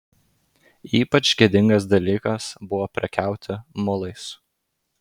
ypač gėdingas dalykas buvo prekiauti mulais